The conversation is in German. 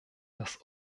das